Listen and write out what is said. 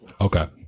okay